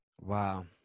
Wow